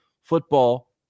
football